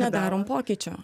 nedarom pokyčio